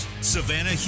Savannah